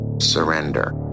Surrender